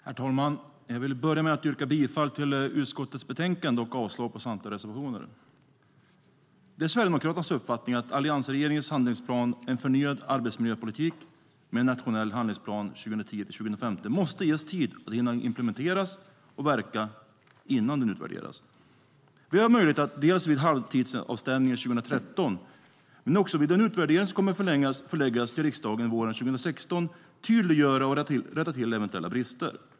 Herr talman! Jag vill börja med att yrka bifall till utskottets förslag i betänkandet och avslag på samtliga reservationer. Det är Sverigedemokraternas uppfattning att alliansregeringens handlingsplan En förnyad arbetsmiljöpolitik med en nationell handlingsplan 2010-2015 måste ges tid att hinna implementeras och verka innan den utvärderas. Vi har möjlighet att vid halvtidsavstämningen 2013 men också vid den utvärdering som kommer att förläggas till riksdagen våren 2016 tydliggöra och rätta till eventuella brister.